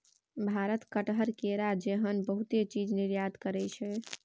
भारत कटहर, केरा जेहन बहुते चीज निर्यात करइ छै